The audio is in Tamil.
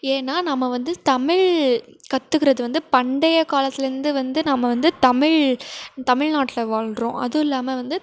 ஏன்னால் நம்ம வந்து தமிழ் கற்றுக்கிறது வந்து பண்டைய காலத்துலேருந்து வந்து நம்ம வந்து தமிழ் தமிழ்நாட்டுல வாழ்றோம் அதுவும் இல்லாமல் வந்து